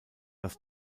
das